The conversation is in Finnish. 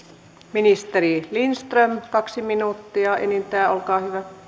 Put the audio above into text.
ministeri lindström kaksi minuuttia enintään olkaa hyvä